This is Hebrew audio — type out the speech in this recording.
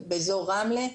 באזור רמלה,